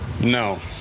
No